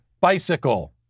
Bicycle